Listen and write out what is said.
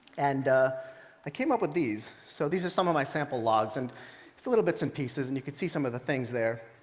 and i came up with these. so these are some of my sample logs. and just little bits and pieces, and you can see some of the things there.